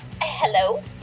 Hello